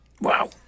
Wow